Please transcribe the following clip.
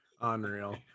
unreal